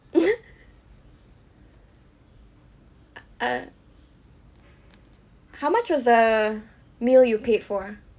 uh err how much was the meal you paid for